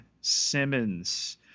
simmons